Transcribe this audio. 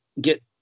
get